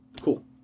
cool